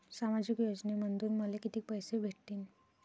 सामाजिक योजनेमंधून मले कितीक पैसे भेटतीनं?